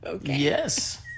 Yes